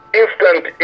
instant